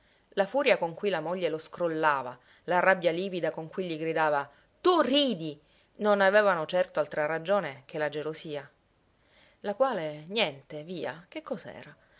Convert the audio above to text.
la furia con cui la moglie lo scrollava la rabbia livida con cui gli gridava tu ridi non avevano certo altra ragione che la gelosia la quale niente via che